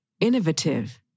innovative